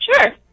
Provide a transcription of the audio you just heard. Sure